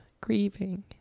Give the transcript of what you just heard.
grieving